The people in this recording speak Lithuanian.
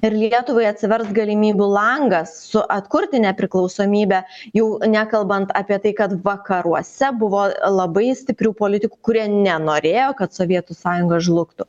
ir lietuvai atsivers galimybių langas su atkurti nepriklausomybę jau nekalbant apie tai kad vakaruose buvo labai stiprių politikų kurie nenorėjo kad sovietų sąjunga žlugtų